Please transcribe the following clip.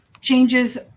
changes